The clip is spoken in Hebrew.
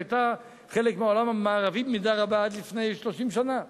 שהיתה חלק מהעולם המערבי במידה רבה עד לפני 30 שנה.